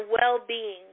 well-being